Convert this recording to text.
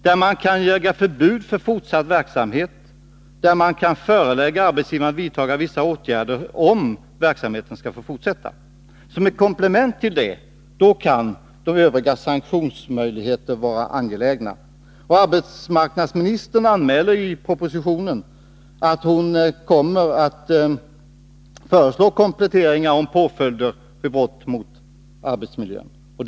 Styrelsen kan förbjuda fortsatt verksamhet och förelägga arbetsgivaren att vidta vissa åtgärder för att verksamheten skall få fortsätta. Som ett komplement till detta kan de övriga sanktionerna bli aktuella. Arbetsmarknadsministern anmäler i propositionen att hon kommer att föreslå kompletteringar när det gäller påföljder för brott mot arbetsmiljölagen.